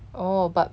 oh but